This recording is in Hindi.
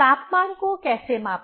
तापमान को कैसे मापें